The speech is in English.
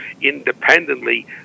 independently